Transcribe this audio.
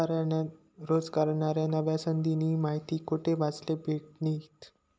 रोजगारन्या नव्या संधीस्नी माहिती कोठे वाचले भेटतीन?